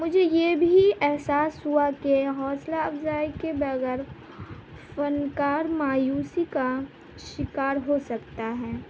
مجھے یہ بھی احساس ہوا کہ حوصلہ افزائی کے بغیر فنکار مایوسی کا شکار ہو سکتا ہے